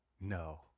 No